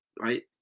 right